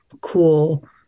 cool